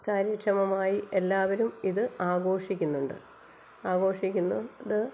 കാര്യക്ഷമമായി എല്ലാവരും ഇത് ആഘോഷിക്കുന്നുണ്ട് ആഘോഷിക്കുന്നുണ്ട്